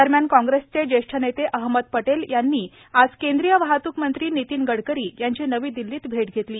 दरम्यान काँग्रेसचे ज्येष्ठ नेते अहमद पटेल यांनी आज केंद्रीय वाहतूकमंत्री नितीन गडकरी यांची नवी दिल्लीत भेट घेतली